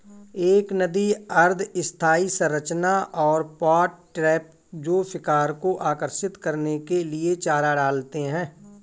एक नदी अर्ध स्थायी संरचना और पॉट ट्रैप जो शिकार को आकर्षित करने के लिए चारा डालते हैं